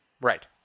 Right